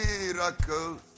miracles